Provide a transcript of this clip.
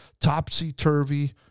topsy-turvy